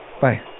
Bye